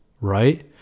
right